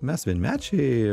mes vienmečiai